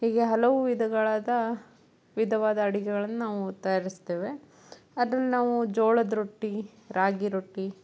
ಹೀಗೆ ಹಲವು ವಿಧಗಳಾದ ವಿಧವಾದ ಅಡುಗೆಗಳನ್ನು ನಾವು ತಯಾರಿಸ್ತೇವೆ ಅದ್ರಲ್ಲಿ ನಾವು ಜೋಳದ ರೊಟ್ಟಿ ರಾಗಿ ರೊಟ್ಟಿ